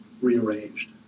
rearranged